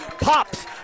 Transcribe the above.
Pops